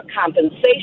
compensation